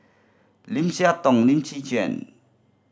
Lim Siah Tong Lim Chwee Chian